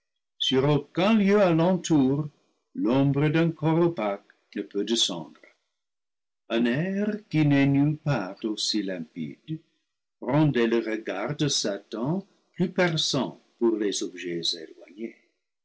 aucun lieu à l'entour l'ombre d'un corps opaque ne peut descendre un air qui n'est nulle part aussi limpide rendait le regard de satan plus perçant pour les objets éloignés